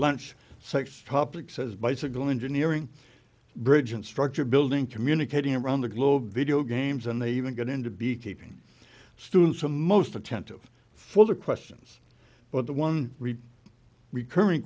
lunch sex topics as bicycle engineering bridge instructor building communicating around the globe video games and they even get into beekeeping students the most attentive for their questions but the one recurring